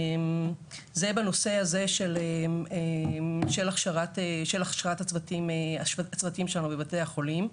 זה בנושא הזה של הכשרת של הכשרת הצוותים שלנו בבתי החולים.